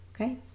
okay